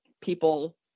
people